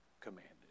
commanded